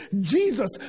Jesus